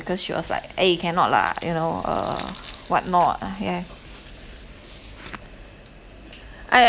because she was like eh cannot lah you know uh whatnot uh yeah